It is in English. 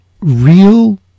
real